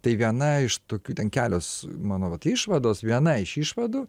tai viena iš tokių ten kelios mano vat išvados viena iš išvadų